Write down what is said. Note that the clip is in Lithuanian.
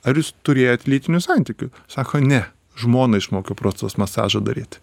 ar jūs turėjot lytinių santykių sako ne žmoną išmokiau prostatos masažą daryt